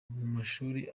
mashuri